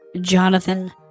Jonathan